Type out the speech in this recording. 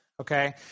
okay